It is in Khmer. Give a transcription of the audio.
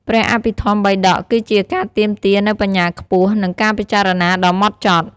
ព្រះអភិធម្មបិដក គឺជាការទាមទារនូវបញ្ញាខ្ពស់ និងការពិចារណាដ៏ហ្មត់ចត់។